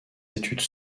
études